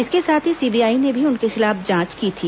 इसके साथ ही सीबीआई ने भी उनके खिलाफ जांच की थी